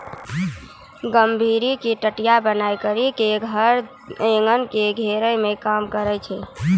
गभोरी के टटया बनाय करी के धर एगन के घेरै मे काम करै छै